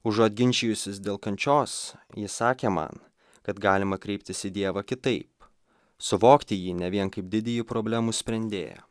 užuot ginčijusis dėl kančios ji sakė man kad galima kreiptis į dievą kitaip suvokti jį ne vien kaip didįjį problemų sprendėją